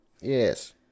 Yes